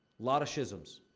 lot of schisms.